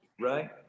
Right